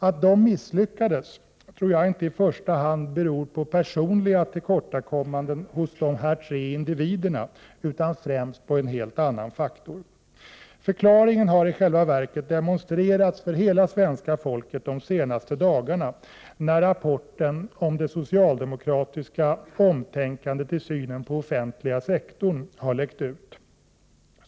Att de misslyckades tror jag inte i första hand beror på personliga tillkortakommanden hos de här tre individerna, utan främst på en helt annan faktor. Förklaringen har i själva verket demonstrerats för hela svenska folket under de senaste dagarna, när rapporten om det socialdemokratiska omtänkandet i synen på den offentliga sektorn har läckt ut.